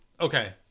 okay